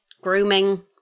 Grooming